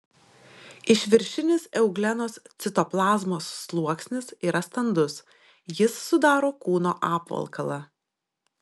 išviršinis euglenos citoplazmos sluoksnis yra standus jis sudaro kūno apvalkalą